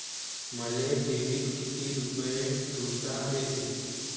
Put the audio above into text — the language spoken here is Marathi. मले ठेवीत किती रुपये ठुता येते?